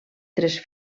tres